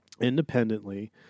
independently